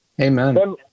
Amen